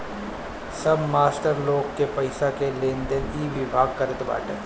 सब मास्टर लोग के पईसा के लेनदेन इ विभाग करत बाटे